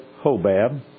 Hobab